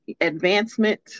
advancement